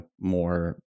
more